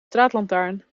straatlantaarn